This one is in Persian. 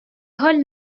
حال